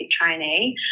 trainee